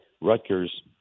Rutgers